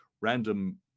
random